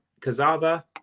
Kazava